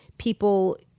People